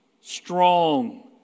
Strong